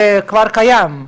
זה כבר קיים,